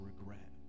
regret